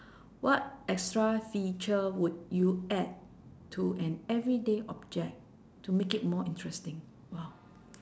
what extra feature would you add to an everyday object to make it more interesting !wow!